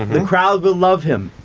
the crowd will love him.